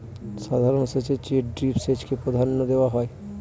সাধারণ সেচের চেয়ে ড্রিপ সেচকে প্রাধান্য দেওয়া হয়